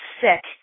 sick